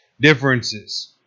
differences